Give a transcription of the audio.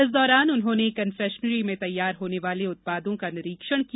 इस दौरान उन्होंने कन्फेक्शनरी में तैयार होने वाले उत्पादों का निरीक्षण किया